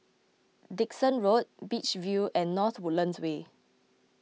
Dickson Road Beach View and North Woodlands Way